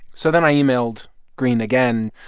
so then i emailed greene again.